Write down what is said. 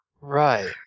Right